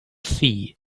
sea